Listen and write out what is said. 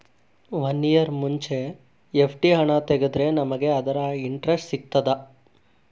One year ಮುಂಚೆ FD ಹಣ ತೆಗೆದ್ರೆ ನಮಗೆ ಅದರ ಇಂಟ್ರೆಸ್ಟ್ ಸಿಗ್ತದ?